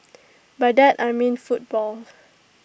by that I mean football